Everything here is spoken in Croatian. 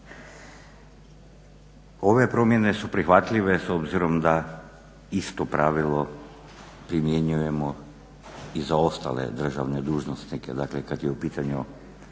Ove promjene su prihvatljive s obzirom da isto pravilo primjenjujemo i za ostale državne dužnosnike